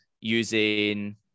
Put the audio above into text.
using